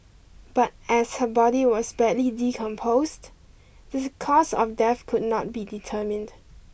but as her body was badly decomposed this cause of death could not be determined